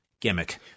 gimmick